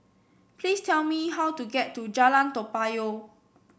please tell me how to get to Jalan Toa Payoh